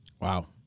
Wow